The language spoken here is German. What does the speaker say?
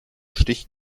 stich